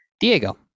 Diego